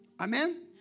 Amen